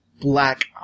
Black